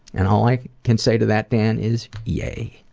and all i can say to that dan is, yay!